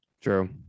True